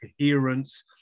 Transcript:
coherence